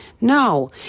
No